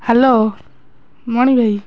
hello Mani ଭାଇ